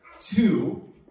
two